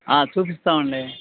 చూపిస్తామండి